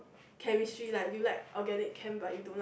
chemistry like you like organic chem but you don't like